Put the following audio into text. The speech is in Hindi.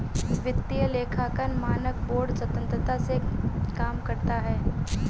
वित्तीय लेखांकन मानक बोर्ड स्वतंत्रता से काम करता है